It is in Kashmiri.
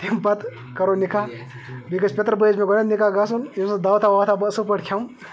تمہِ پَتہٕ کَرو نِکاح بیٚیہِ گژھِ پِتٕر بٲیِس مےٚ گۄڈنٮ۪تھ نِکاح گژھُن یٔمۍ سٕنٛز دعوتہ وعوتہ بہٕ اَصٕل پٲٹھۍ کھٮ۪مہٕ